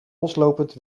loslopend